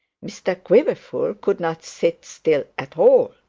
mr quiverful could not sit still at all,